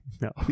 No